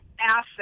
asset